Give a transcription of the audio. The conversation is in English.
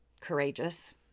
courageous